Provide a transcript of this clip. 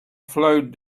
flowed